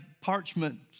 parchment